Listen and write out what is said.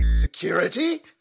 Security